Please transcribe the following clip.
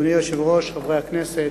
אדוני היושב-ראש, חברי הכנסת,